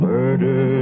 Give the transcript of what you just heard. Murder